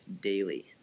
daily